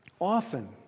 often